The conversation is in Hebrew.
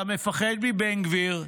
אתה מפחד מבן גביר,